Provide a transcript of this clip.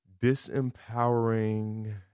disempowering